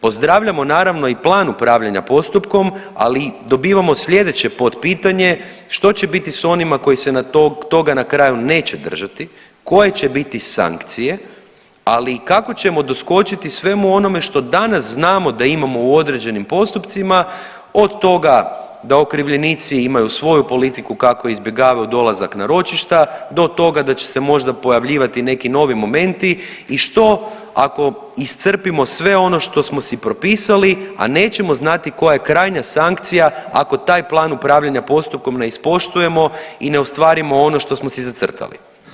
Pozdravljamo naravno i plan upravljanja postupkom, ali dobivamo slijedeće potpitanje, što će biti s onima koji se toga na kraju neće držati, koje će biti sankcije, ali i kako ćemo doskočiti svemu onome što danas znamo da imamo u određenim postupcima od toga da okrivljenici imaju svoju politiku kako izbjegavaju dolazak na ročišta do toga da će se možda pojavljivati neki novi momenti i što ako iscrpimo sve ono što smo si propisali, a nećemo znati koja je krajnja sankcija ako taj plan upravljanja postupkom ne ispoštujemo i ne ostvarimo ono što smo si zacrtali.